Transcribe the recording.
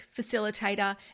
Facilitator